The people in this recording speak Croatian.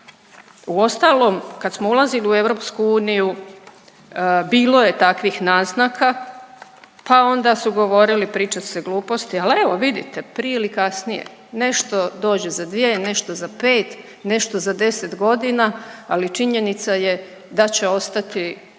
Uostalom kad smo ulazili u EU bilo je takvih naznaka, pa onda su govorili priča se gluposti, ali evo vidite prije ili kasnije nešto dođe za dvije, nešto za pet, nešto za 10 godina ali činjenica je da će ostati